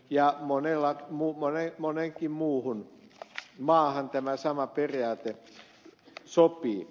moneen muuhunkin maahan tämä sama periaate sopii muun muassa islantiin